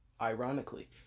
ironically